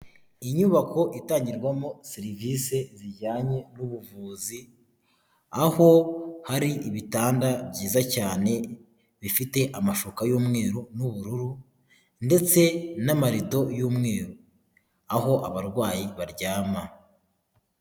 Inyubako itangirwamo serivisi zijyanye n'ubuvuzi, aho hari ibitanda byiza cyane bifite amashuka y'umweru n'ubururu ndetse n'amarido y'umweru, aho abarwayi baryama.